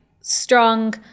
strong